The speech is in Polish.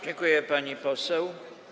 Dziękuję, pani poseł.